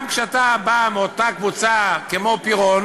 גם כשאתה בא מהקבוצה שפירון